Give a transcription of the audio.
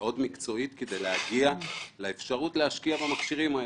ומאוד מקצועית כדי להגיע לאפשרות להשקיע במכשירים האלה.